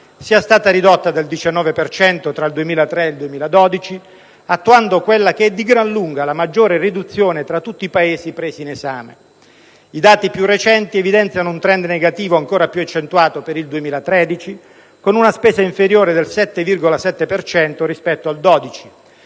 sia stata ridotta del 19 per cento tra il 2003 e il 2012, attuando quella che è di gran lunga la maggiore riduzione tra tutti i Paesi presi in esame. I dati più recenti evidenziano un *trend* negativo ancora più accentuato per il 2013, con una spesa inferiore del 7,7 per cento rispetto al 2012.